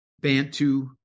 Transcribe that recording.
Bantu